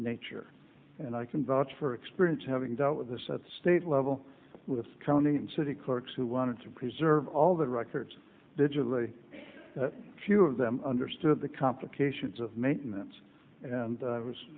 nature and i can vouch for experience having dealt with this at state level with county and city clerks who wanted to preserve all the records digitally a few of them understood the complications of maintenance and i was